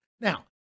Now